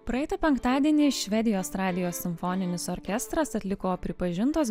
praeitą penktadienį švedijos radijo simfoninis orkestras atliko pripažintos